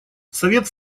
совет